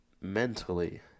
mentally